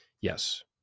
Yes